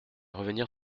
revenir